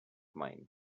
mine